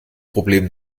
problem